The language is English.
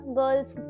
girls